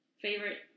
Favorite